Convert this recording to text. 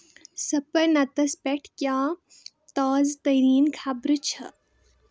سپرنتَس پٮ۪ٹھ کیٛاہ تازٕ تٔریٖن خبرٕ چھِ